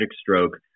stroke